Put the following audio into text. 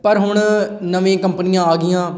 ਪਰ ਹੁਣ ਨਵੀਂ ਕੰਪਨੀਆਂ ਆ ਗਈਆਂ